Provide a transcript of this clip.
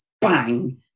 bang